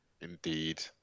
Indeed